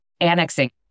annexing